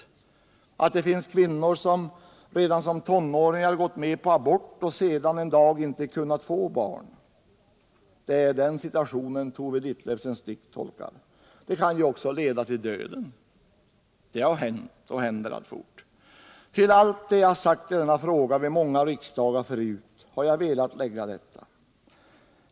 Och vem talar om att det finns kvinnor som redan som tonåringar gått med på aborter och sedan inte kunnat få barn? Det är den situationen Tove Ditlevsens dikt tolkar. En abort kan också leda till döden. Det har hänt och händer alltjämt. Till allt det jag sagt i denna fråga vid många riksdagar har jag också velat lägga detta.